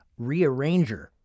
rearranger